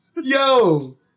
Yo